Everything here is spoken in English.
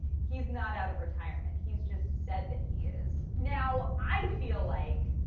he's not out of retirement. he's just said that he is. now i feel like.